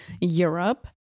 Europe